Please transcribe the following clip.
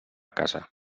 casa